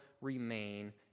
remain